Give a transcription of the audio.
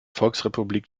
volksrepublik